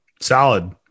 Solid